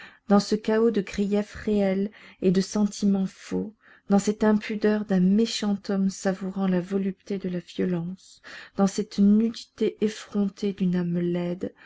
dans ce chaos de griefs réels et de sentiments faux dans cette impudeur d'un méchant homme savourant la volupté de la violence dans cette nudité effrontée d'une âme laide